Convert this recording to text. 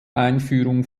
einführung